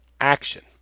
action